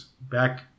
back